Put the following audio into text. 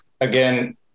again